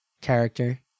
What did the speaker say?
character